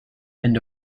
and